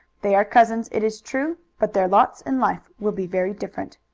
they are cousins, it is true, but their lots in life will be very different.